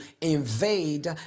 invade